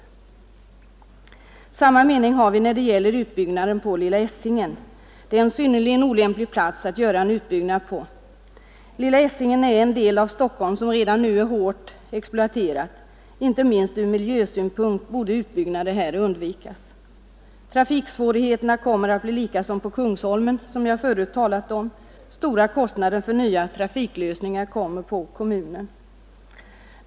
Samma mening har vi när det gäller utbyggnaden på Lilla Essingen. Det är en synnerligen olämplig plats att göra en utbyggnad på. Lilla Essingen är en del av Stockholm som redan nu är mycket hårt exploaterad. Inte minst ur miljösynpunkt borde utbyggnader där undvikas. Trafiksvårigheterna kommer att bli minst lika stora som på Kungsholmen, som jag förut talat om. Stora kostnader för nya trafiklösningar kommer på kommunen.